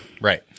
Right